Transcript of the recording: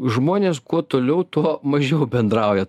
žmonės kuo toliau tuo mažiau bendrauja